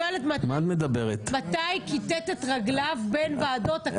אני שואלת מתי הוא כיתת את רגליו בין ועדות הכנסת